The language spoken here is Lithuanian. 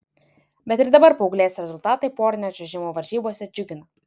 bet ir dabar paauglės rezultatai porinio čiuožimo varžybose džiugina